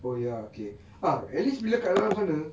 oh ya K ah at least bila kat dalam sana